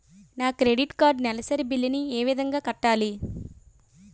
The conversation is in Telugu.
నా క్రెడిట్ కార్డ్ నెలసరి బిల్ ని ఏ విధంగా కట్టాలి?